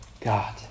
God